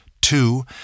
Two